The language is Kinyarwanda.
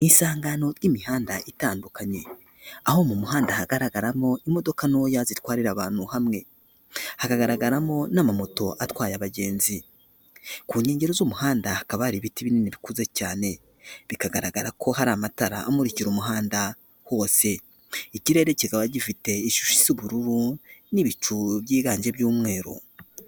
Isangano ry'imihanda itandukanye, aho mu muhanda hagaragaramo imodoka ntoya zitwarira abantu hamwe, hagaragaramo n'amamoto atwaye abagenzi, ku nkengero z'umuhanda hakaba hari ibiti binini bikuze cyane, bikagaragara ko hari amatara amukira umuhanda hose, ikirere kikaba gifite ishusho isa ubururu n'ibicu byigange by'umweru.